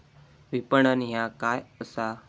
विपणन ह्या काय असा?